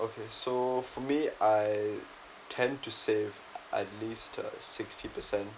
okay so for me I tend to save at least a sixty percent